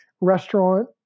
restaurant